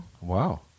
Wow